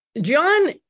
John